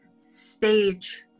stage